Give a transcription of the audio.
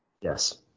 Yes